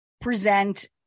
present